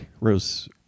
Rose